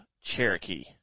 Cherokee